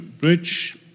Bridge